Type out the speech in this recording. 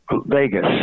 Vegas